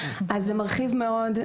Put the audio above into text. זה מרחיב מאוד.